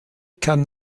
kann